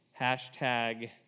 Hashtag